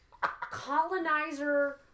colonizer